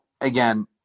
again